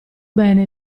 bene